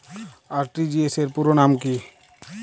RTGS র পুরো নাম কি?